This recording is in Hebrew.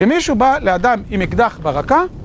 ומישהו בא לאדם עם אקדח ברקה